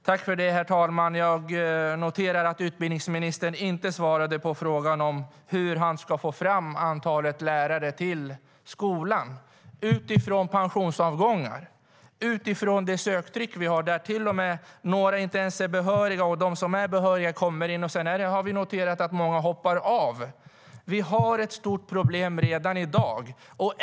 Herr talman! Jag noterar att utbildningsministern inte svarade på frågan hur han ska få fram utbildade lärare till skolan, utifrån pensionsavgångar och söktrycket, där några inte ens är behöriga och många av dem som är behöriga och kommer in på utbildningar hoppar av. Det finns ett stort problem redan i dag.